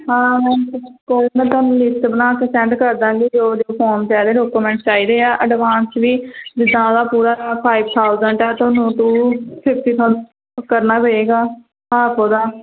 ਹਾਂ ਮੈਮ ਮੈਂ ਥੋਨੂੰ ਲਿਸਟ ਬਣਾ ਕੇ ਸੈਂਡ ਕਰਦਾਂਗੀ ਜੋ ਸਾਰੇ ਡੋਕੂਮੈਂਟ ਚਾਹੀਦੇ ਆ ਐਡਵਾਂਸ ਵੀ ਜਿੱਦਾਂ ਉਹਦਾ ਪੂਰਾ ਫਾਈਵ ਥਾਊਜੈਂਟ ਆ ਥੋਨੂੰ ਟੂ ਫਿਫਟੀ ਥਾਊਜੈਂਟ ਕਰਨਾ ਪਏਗਾ ਹਾਫ ਉਹਦਾ